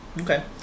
Okay